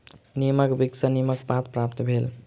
नीमक वृक्ष सॅ नीमक पात प्राप्त भेल